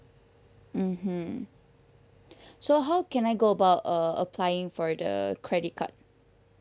mm hmm so how can I go about uh applying for the credit card